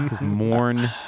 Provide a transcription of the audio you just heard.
Mourn